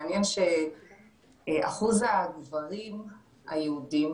מעניין שאחוז הגברים הערבים